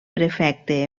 prefecte